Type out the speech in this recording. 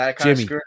Jimmy